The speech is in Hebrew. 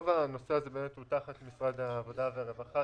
רוב הנושא הזה באמת הוא תחת משרד העבודה והרווחה,